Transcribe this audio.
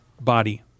body